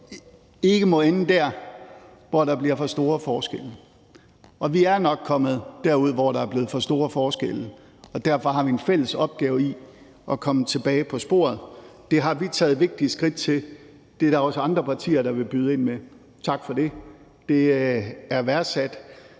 ikke ende der, hvor der bliver for store forskelle. Og vi er nok kommet derud, hvor der er blevet for store forskelle, og derfor har vi en fælles opgave i at komme tilbage på sporet. Det har vi taget vigtige skridt mod, og det er der også andre partier der vil byde ind med. Tak for det. Det er værdsat,